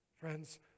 Friends